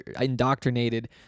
indoctrinated